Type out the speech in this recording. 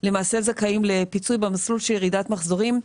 למעשה זכאים לפיצוי במסלול של ירידת מחזורים,